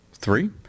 Three